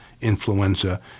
influenza